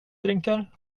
drinkar